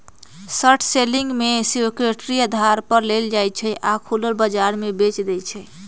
short selling में security उधार पर लेल जाइ छइ आऽ खुलल बजार में बेच देल जाइ छइ